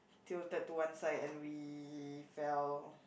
titled to one side and we fell